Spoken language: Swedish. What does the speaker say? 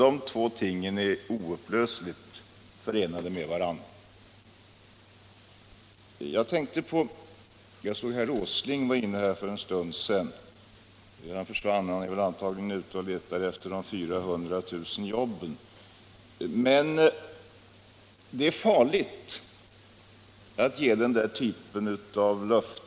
Dessa två ting är oupplösligt förenade med varandra. Jag såg att herr Åsling var inne här för en stund sedan, men han försvann. Antagligen är han ute och letar efter de 400 000 nya jobben. Det är farligt att ge löften av den där typen.